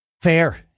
Fair